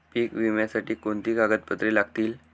पीक विम्यासाठी कोणती कागदपत्रे लागतील?